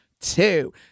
two